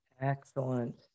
Excellent